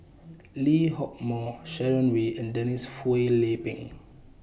Lee Hock Moh Sharon Wee and Denise Phua Lay Peng